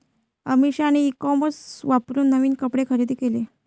अमिषाने e commerce वापरून नवीन कपडे खरेदी केले